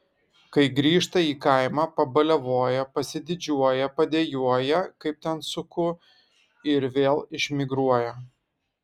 kai grįžta į kaimą pabaliavoja pasididžiuoja padejuoja kaip ten suku ir vėl išmigruoja